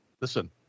Listen